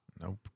Nope